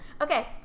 Okay